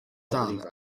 dal